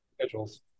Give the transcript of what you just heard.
schedules